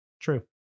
True